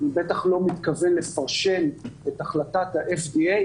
אני בטח לא מתכוון לפרשן את החלטת ה-FDA,